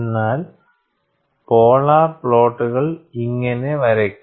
എന്നാൽ പോളാർ പ്ലോട്ട്കൾ ഇങ്ങനെ വരയ്ക്കാം